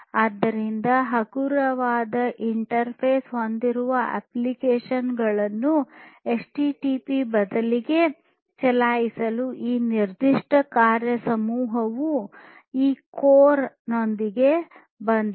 ಆದ್ದರಿಂದ ಹಗುರವಾದ ಇಂಟರ್ಫೇಸ್ ಹೊಂದಿರುವ ಅಪ್ಲಿಕೇಶನ್ ಗಳನ್ನು ಎಚ್ಟಿಟಿಪಿ ಬದಲಿಗೆ ಚಲಾಯಿಸಲು ಈ ನಿರ್ದಿಷ್ಟ ಕಾರ್ಯ ಸಮೂಹವು ಈ ಕೋರ್ ನೊಂದಿಗೆ ಬಂದಿದೆ